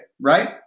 right